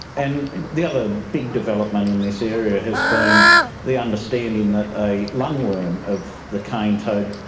and the other big development in this area has been the understanding that a lungworm of the cane toad.